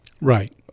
Right